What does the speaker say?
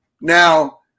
Now